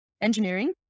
engineering